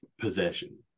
possession